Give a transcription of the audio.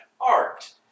art